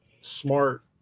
smart